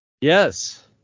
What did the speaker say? yes